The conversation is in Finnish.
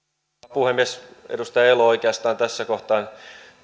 puhemies edustaja elo oikeastaan tässä kohtaa